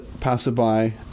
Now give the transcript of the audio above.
passerby